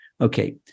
Okay